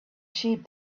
sheep